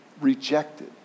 rejected